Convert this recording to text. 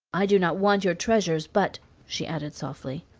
i do not want your treasures, but she added softly,